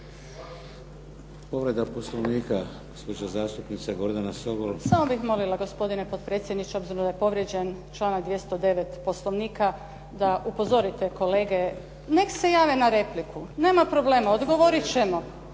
Povreda Poslovnika, gospođa zastupnica Gordana Sobol. **Sobol, Gordana (SDP)** Samo bih molila gospodine potpredsjedniče s obzirom da je povrijeđen članak 209. Poslovnika da upozorite kolege, neka se jave na repliku, nema problema. Odgovoriti ćemo.